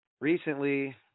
Recently